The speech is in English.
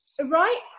right